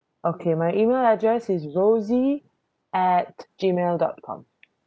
okay my email address is rosy at Gmail dot com